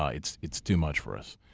it's it's too much for us.